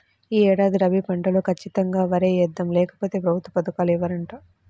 యీ ఏడాది రబీ పంటలో ఖచ్చితంగా వరే యేద్దాం, లేకపోతె ప్రభుత్వ పథకాలు ఇవ్వరంట